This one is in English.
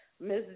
Miss